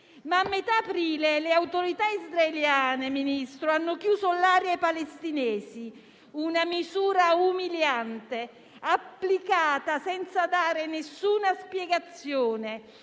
ma a metà aprile le autorità israeliane hanno chiuso l'area ai palestinesi. Si tratta di una misura umiliante, applicata senza dare nessuna spiegazione,